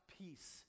peace